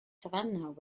savannah